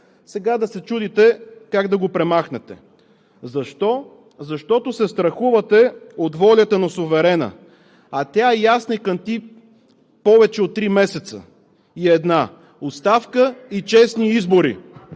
сега да се чудите как да го премахнете. Защо? Защото се страхувате от волята на суверена, а тя е ясна, кънти повече от три месеца и е една оставка и честни избори.